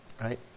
right